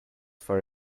for